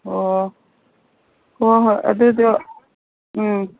ꯑꯣ ꯍꯣꯏ ꯍꯣꯏ ꯑꯗꯨꯗꯣ ꯎꯝ